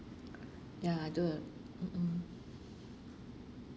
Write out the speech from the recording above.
ya I do mm mm